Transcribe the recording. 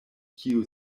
kiu